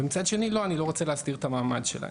ומצד שני אני לא רוצה להסדיר את המעמד שלהם.